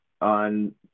on